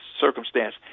circumstance